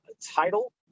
title